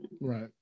right